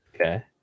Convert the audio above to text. Okay